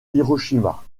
hiroshima